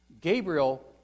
Gabriel